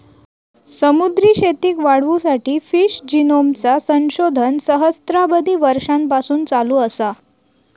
समुद्री शेतीक वाढवुसाठी फिश जिनोमचा संशोधन सहस्त्राबधी वर्षांपासून चालू असा